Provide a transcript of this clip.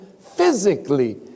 physically